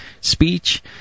speech